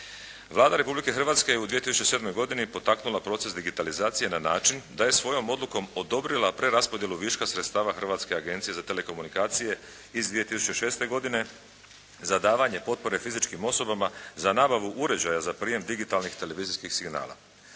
Vlada Republike Hrvatske je u 2007. godini potaknula proces digitalizacije na način da je svojom odlukom odobrila preraspodjelu viška sredstava Hrvatske agencije za telekomunikacije iz 2006. godine za davanje potpore fizičkim osobama za nabavu uređaja za prijem digitalnih televizijskih signala.